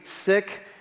sick